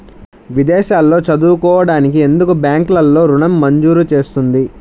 విదేశాల్లో చదువుకోవడానికి ఎందుకు బ్యాంక్లలో ఋణం మంజూరు చేస్తుంది?